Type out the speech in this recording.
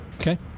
Okay